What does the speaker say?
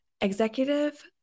executive